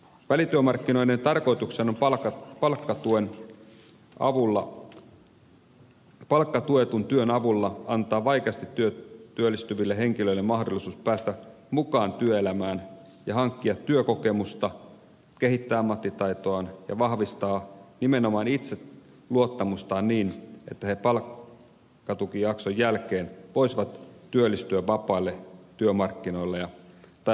välityömarkkinoiden tarkoituksena on palkkatuetun työn avulla antaa vaikeasti työllistyville henkilöille mahdollisuus päästä mukaan työelämään ja hankkia työkokemusta kehittää ammattitaitoaan ja vahvistaa nimenomaan itseluottamustaan niin että he palkkatukijakson jälkeen voisivat työllistyä vapaille työmarkkinoille tai hakeutua koulutukseen